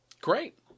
Great